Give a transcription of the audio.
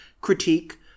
critique